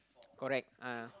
correct ah